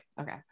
Okay